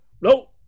No